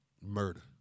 Murder